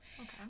Okay